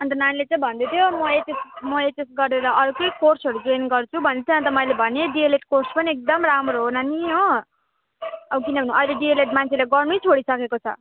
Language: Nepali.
अन्त नानीले चाहिँ भन्दै थियो म एचएस म एचएस गरेर अर्कै कोर्सहरू जोइन गर्छु भन्छ अन्त मैले भनेँ डिइएलइिड कोर्स पनि एकदम राम्रो हो नानी हो अब किनभने अहिले डिइएलइिड मान्छेले गर्नै छोडिसकेको छ